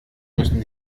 müssen